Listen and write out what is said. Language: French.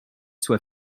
soit